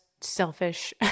selfish